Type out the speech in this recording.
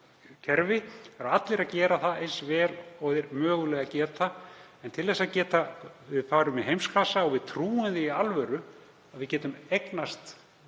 Það eru allir að gera eins vel og þeir mögulega geta. En til þess að geta farið í heimsklassa og við trúum því í alvöru að við getum eignast